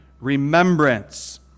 remembrance